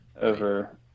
over